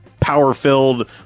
power-filled